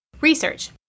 Research